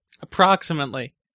Approximately